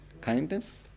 kindness